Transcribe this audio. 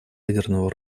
ядерного